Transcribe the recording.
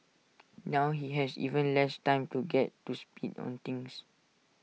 now he has even less time to get to speed on things